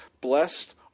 blessed